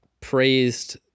praised